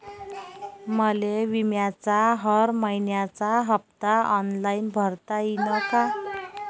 मले बिम्याचा हर मइन्याचा हप्ता ऑनलाईन भरता यीन का?